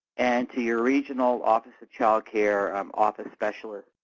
and to your regional office of child care um office specialist.